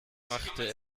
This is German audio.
machte